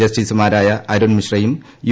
ജസ്റ്റീസുമാരായ അരുൺ മിശ്രയും യു